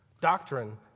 doctrine